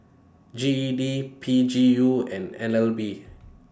G E D P G U and N L B